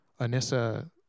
anissa